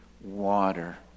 water